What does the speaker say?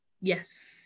yes